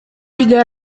tiga